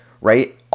right